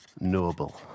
knowable